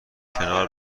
کنار